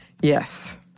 Yes